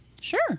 Sure